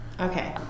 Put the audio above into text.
Okay